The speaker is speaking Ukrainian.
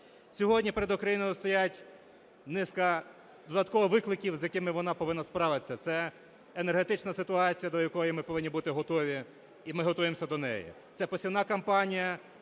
Сьогодні перед Україною стоїть низка додаткових викликів, з якими вона повинна справитися: це енергетична ситуація, до якої ми повинні бути готові, і ми готуємося до неї; це посівна кампанія,